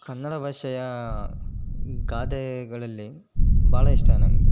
ಕನ್ನಡ ಭಾಷೆಯ ಗಾದೆಗಳಲ್ಲಿ ಭಾಳ ಇಷ್ಟ ನನಗೆ